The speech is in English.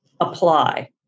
apply